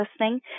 listening